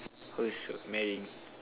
who's marrying